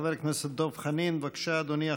חבר הכנסת דב חנין, בבקשה, אדוני.